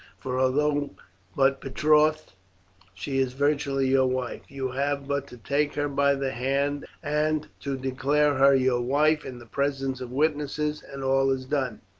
for although but betrothed she is virtually your wife. you have but to take her by the hand and to declare her your wife in the presence of witnesses, and all is done.